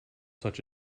such